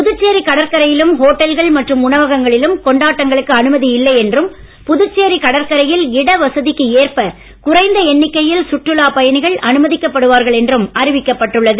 புதுச்சேரி கடற்கரையிலும் ஹோட்டல்கள் மற்றும் உணவகங்களிலும் கொண்டாட்டங்களுக்கு அனுமதி இல்லை என்றும் புதுச்சேரி கடற்கரையில் இட வசதிக்கு ஏற்ப குறைந்த எண்ணிக்கையில் சுற்றுலாப் அறிவிக்கப்பட்டுள்ளது